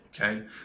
okay